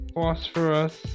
Phosphorus